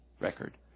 record